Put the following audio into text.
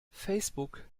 facebook